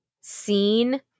seen